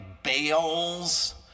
Bales